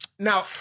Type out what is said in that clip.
Now